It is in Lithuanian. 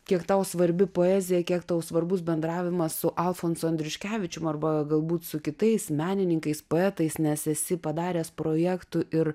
kiek tau svarbi poezija kiek tau svarbus bendravimas su alfonsu andriuškevičium arba galbūt su kitais menininkais poetais nes esi padaręs projektų ir